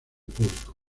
público